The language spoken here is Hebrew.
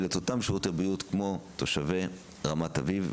אותם שירותי בריאות כמו תושבי רמת אביב,